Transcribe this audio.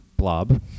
blob